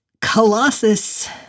Colossus